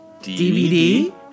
DVD